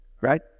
right